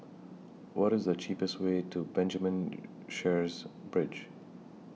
What IS The cheapest Way to Benjamin Sheares Bridge